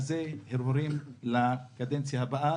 אלה הרהורים לקדנציה הבאה.